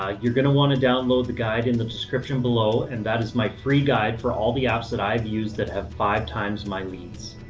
ah you're going to want to download the guide in the description below and that is my free guide for all the apps that i've used that have five times my leads.